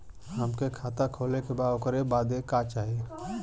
हमके खाता खोले के बा ओकरे बादे का चाही?